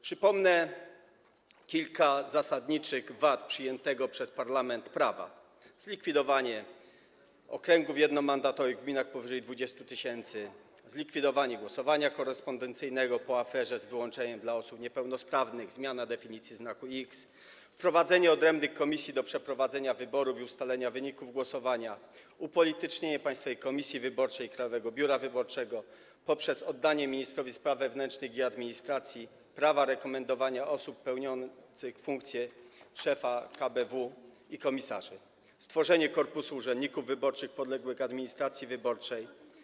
Przypomnę kilka zasadniczych wad przyjętego przez parlament prawa: zlikwidowanie okręgów jednomandatowych w gminach powyżej 20 tys., zlikwidowanie głosowania korespondencyjnego, po aferze - z wyłączeniem dotyczącym osób niepełnosprawnych, zmiana definicji znaku X, wprowadzenie odrębnych komisji do przeprowadzenia wyborów i ustalenia wyników głosowania, upolitycznienie Państwowej Komisji Wyborczej i Krajowego Biura Wyborczego poprzez oddanie ministrowi spraw wewnętrznych i administracji prawa rekomendowania osób pełniących funkcje szefa KBW i komisarzy, stworzenie korpusu urzędników wyborczych podległych administracji wyborczej.